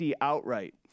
outright